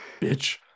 bitch